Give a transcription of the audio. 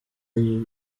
nyina